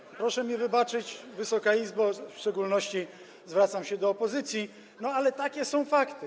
I proszę mi wybaczyć, Wysoka Izbo, w szczególności zwracam się do opozycji, takie są fakty.